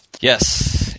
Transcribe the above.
yes